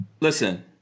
listen